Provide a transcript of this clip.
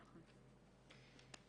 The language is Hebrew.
נכון.